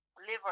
liver